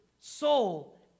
soul